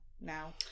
now